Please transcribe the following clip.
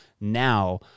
now